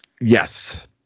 yes